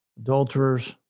adulterers